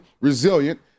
resilient